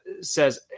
says